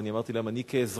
ואני אמרתי להם: אני כאזרח,